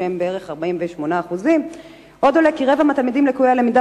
שהם בערך 48%. עוד עולה כי רבע מהתלמידים לקויי הלמידה